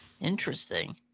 Interesting